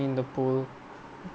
in the pool